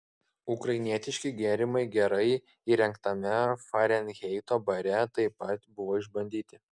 ukrainietiški gėrimai gerai įrengtame farenheito bare taip pat buvo išbandyti